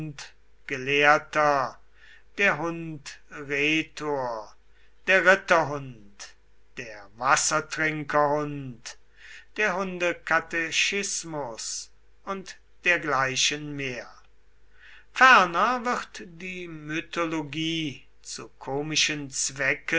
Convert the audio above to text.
der hund rhetor der ritter hund der wassertrinker hund der hundekatechismus und dergleichen mehr ferner wird die mythologie zu komischen zwecken